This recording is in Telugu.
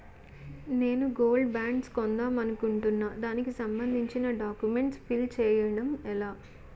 నేను గోల్డ్ బాండ్స్ కొందాం అనుకుంటున్నా దానికి సంబందించిన డాక్యుమెంట్స్ ఫిల్ చేయడం ఎలా?